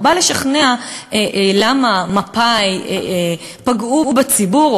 הוא בא לשכנע למה מפא"י פגעו בציבור,